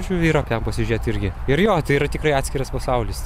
žodžiu yra ką pasižiūrėti irgi ir jo tai yra tikrai atskiras pasaulis